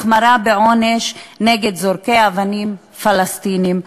החמרה בעונש נגד זורקי אבנים פלסטינים,